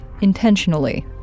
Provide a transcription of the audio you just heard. intentionally